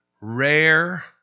Rare